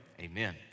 amen